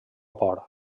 por